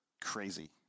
crazy